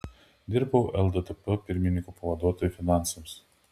dirbau lddp pirmininko pavaduotoju finansams